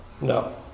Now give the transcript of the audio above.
no